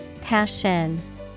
Passion